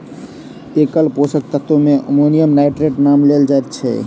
एकल पोषक तत्व मे अमोनियम नाइट्रेटक नाम लेल जाइत छै